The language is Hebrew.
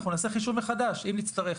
אנחנו נעשה חישוב מחדש אם נצטרך,